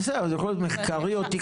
בסדר, אז הוא יכול להיות מחקרי או תכנוני.